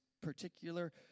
particular